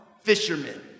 fishermen